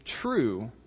true